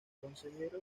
consejero